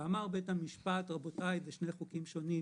בית המשפט אמר שזה שני חוקים שונים,